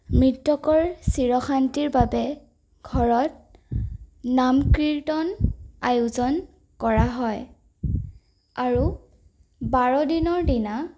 মৃতকৰ চিৰশান্তিৰ বাবে ঘৰত নাম কীৰ্তন আয়োজন কৰা হয় আৰু বাৰদিনৰ দিনা